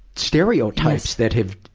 stereotypes that have,